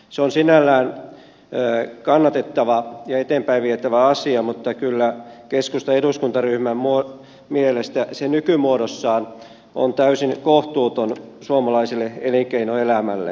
se on sinällään kannatettava ja eteenpäin vietävä asia mutta kyllä keskustan eduskuntaryhmän mielestä se nykymuodossaan on täysin kohtuuton suomalaiselle elinkeinoelämälle